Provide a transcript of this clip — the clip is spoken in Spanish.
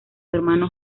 hermano